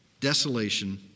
Desolation